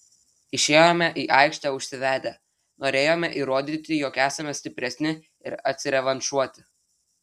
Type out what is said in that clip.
išėjome į aikštę užsivedę norėjome įrodyti jog esame stipresni ir atsirevanšuoti